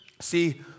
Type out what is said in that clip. See